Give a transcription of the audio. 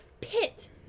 pit